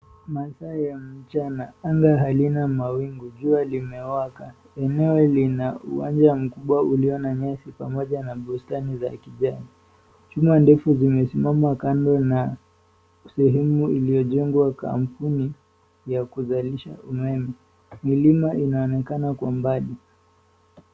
Masaa ya mchana. Anga halina mawingu. Jua limewaka. Eneo lina uwanja mkubwa ulio na nyasi pamoja na bustani za kijani. Chuma ndefu zimesimama kando na sehemu iliyojengwa kampuni ya kuzalisha umeme. Milima inaonekana kwa mbali.